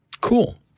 Cool